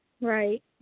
Right